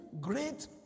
great